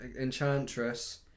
Enchantress